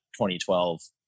2012